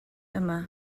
yma